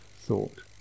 thought